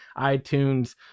iTunes